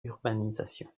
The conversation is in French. urbanisation